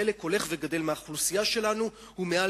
חלק הולך וגדל מהאוכלוסייה שלנו הוא מעל